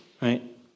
right